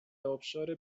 ابشار